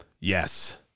Yes